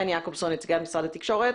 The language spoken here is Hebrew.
חן יעקובסון, נציגת משרד התקשורת.